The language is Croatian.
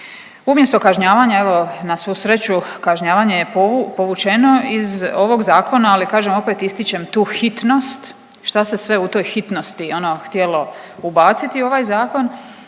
Umjesto kažnjavanja, evo na svu sreću kažnjavanje je povučeno iz ovog zakona, ali kažem opet ističem tu hitnost šta se sve u toj hitnosti ono htjelo ubaciti u ovaj zakon.